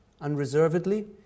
unreservedly